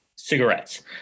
cigarettes